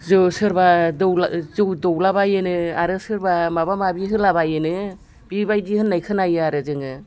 जोङो सोरबा जौ दौलाबायोनो आरो सोरबा माबा माबि होलाबायोनो बेबायदि होननाय खौनायो आरो जोङो